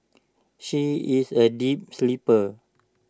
she is A deep sleeper